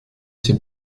ces